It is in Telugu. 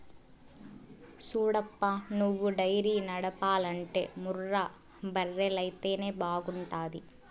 సూడప్పా నువ్వు డైరీ నడపాలంటే ముర్రా బర్రెలైతేనే బాగుంటాది